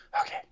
Okay